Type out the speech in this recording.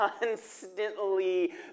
constantly